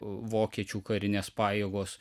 vokiečių karinės pajėgos